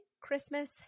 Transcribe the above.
Christmas